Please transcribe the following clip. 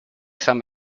some